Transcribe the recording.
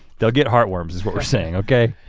they'll get heart worms is what we're saying, okay?